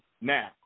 Now